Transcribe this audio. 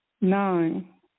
nine